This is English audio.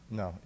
no